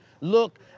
Look